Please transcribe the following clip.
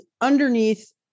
underneath